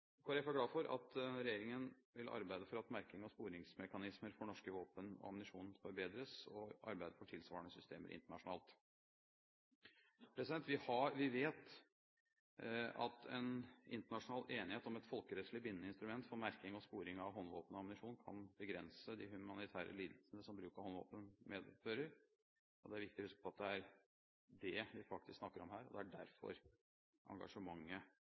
er glad for at regjeringen vil arbeide for at merking og sporingsmekanismer for norske våpen og ammunisjon forbedres, og arbeide for tilsvarende system internasjonalt. Vi vet at en internasjonal enighet om et folkerettslig bindende instrument for merking og sporing av håndvåpen og ammunisjon kan begrense de humanitære lidelsene som bruk av håndvåpen medfører. Det er viktig å huske på at det er det vi faktisk snakker om her, og det er derfor engasjementet